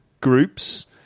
groups